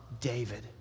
David